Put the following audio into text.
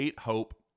Hope